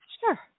Sure